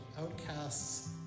outcasts